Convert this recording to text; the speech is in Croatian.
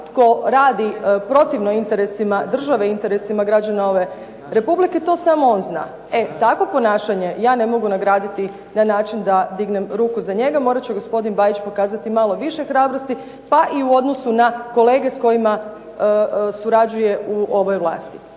tko radi protivno interesima države, interesima građana ove Republike. To samo on zna. E takvo ponašanje ja ne mogu nagraditi na način da dignem ruku za njega. Morat će gospodin Bajić pokazati malo više hrabrosti, pa i u odnosu na kolege s kojima surađuje u ovoj vlasti.